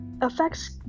affects